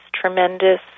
tremendous